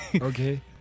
Okay